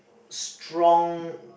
strong